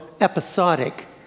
episodic